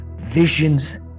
visions